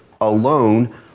alone